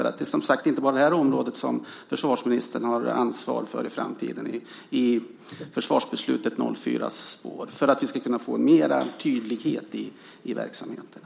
Det är ju som sagt inte bara det här området som försvarsministern har ansvar för i framtiden i spåren av försvarsbeslutet 2004, för att vi ska kunna få mera tydlighet i verksamheterna.